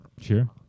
Sure